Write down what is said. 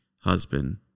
husband